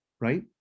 right